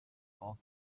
also